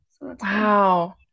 wow